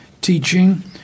teaching